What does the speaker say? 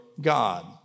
God